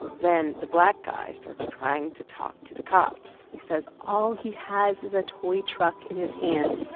then the black guy starts trying to talk to the cops. he says all he has is a toy truck in his hands